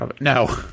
No